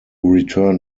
return